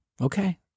okay